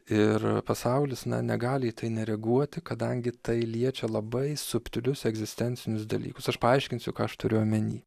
ir pasaulis na negali į tai nereaguoti kadangi tai liečia labai subtilius egzistencinius dalykus aš paaiškinsiu ką aš turiu omeny